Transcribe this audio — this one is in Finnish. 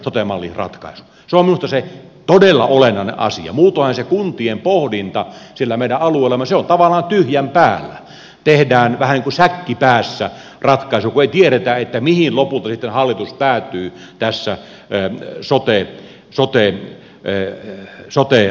se on minusta se todella olennainen asia muutoinhan se kuntien pohdinta siellä meidän alueellamme on tavallaan tyhjän päällä tehdään vähän kuin säkki päässä ratkaisu kun ei tiedetä mihin lopulta sitten hallitus päätyy tässä sote ratkaisussaan